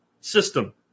system